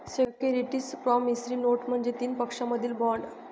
securities promissory note म्हणजे तीन पक्षांमधील बॉण्ड